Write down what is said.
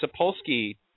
Sapolsky